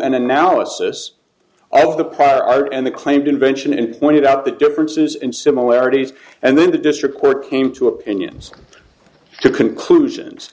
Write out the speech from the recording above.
an analysis of the power and the claimed invention and pointed out the differences and similarities and then the district court came to opinions the conclusions